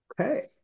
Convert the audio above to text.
Okay